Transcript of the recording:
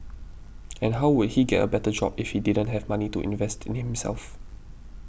and how would he get a better job if he didn't have money to invest in himself